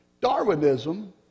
Darwinism